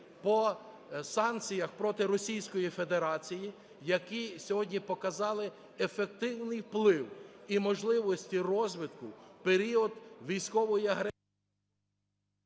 по санкціях проти Російської Федерації, які сьогодні показали ефективний вплив і можливості розвитку в період військової агресії…